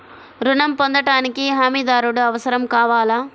ఋణం పొందటానికి హమీదారుడు అవసరం కావాలా?